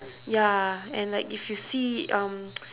ya and like if you see um